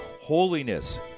Holiness